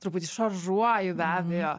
truputį šaržuoju be abejo